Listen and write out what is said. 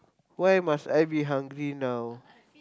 why must I be hungry now